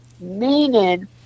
Meaning